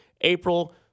April